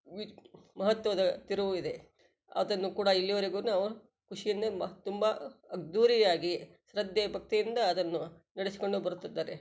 V ಮಹತ್ವದ ತಿರುವು ಇದೆ ಅದನ್ನು ಕೂಡ ಇಲ್ಲಿವರೆಗೂ ಖುಷಿಯಿಂದೆ ಮಾ ತುಂಬ ಅದ್ಧೂರಿಯಾಗಿ ಶ್ರದ್ದೆ ಭಕ್ತಿಯಿಂದ ಅದನ್ನು ನಡೆಸಿಕೊಂಡು ಬರುತ್ತಿದ್ದಾರೆ